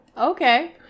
okay